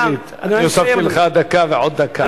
חבר הכנסת שטרית, אני הוספתי לך דקה ועוד דקה.